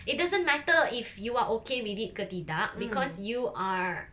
it doesn't matter if you are okay with it ke tidak because you are